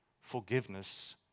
forgiveness